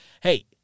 hey –